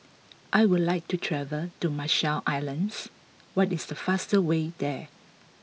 I would like to travel to Marshall Islands what is the fastest way there